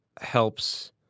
helps